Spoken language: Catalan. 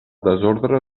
desordre